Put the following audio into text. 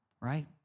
right